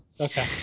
Okay